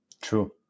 True